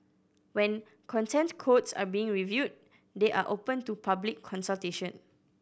when Content Codes are being reviewed they are open to public consultation